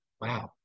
wow